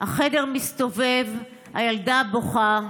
החדר מסתובב, הילדה בוכה.